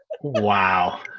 wow